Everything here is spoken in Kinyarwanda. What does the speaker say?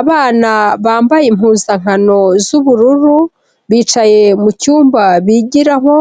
Abana bambaye impuzankano z'ubururu, bicaye mu cyumba bigiramo,